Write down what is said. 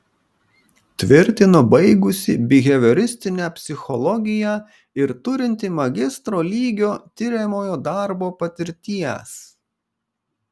tvirtino baigusi bihevioristinę psichologiją ir turinti magistro lygio tiriamojo darbo patirties